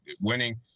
winning